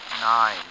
Nine